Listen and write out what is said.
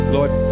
Lord